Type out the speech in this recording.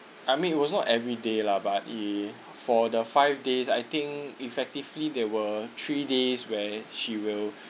I mean it was not everyday lah but if for the five days I think effectively there were three days where she will